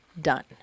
done